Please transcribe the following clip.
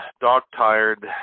dog-tired